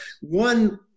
one